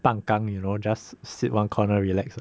pang kang you know just sit one corner relax